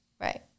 Right